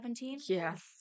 Yes